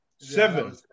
Seven